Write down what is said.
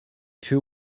two